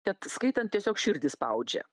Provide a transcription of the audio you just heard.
tad skaitant tiesiog širdį spaudžia